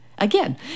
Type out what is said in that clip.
Again